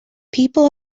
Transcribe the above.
people